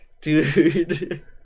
Dude